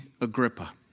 Agrippa